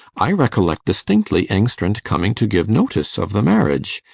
i recollect distinctly engstrand coming to give notice of the marriage.